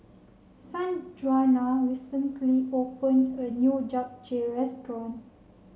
Sanjuana recently opened a new Japchae Restaurant